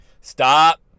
Stop